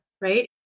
right